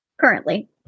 Currently